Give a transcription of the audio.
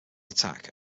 attack